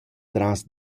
tras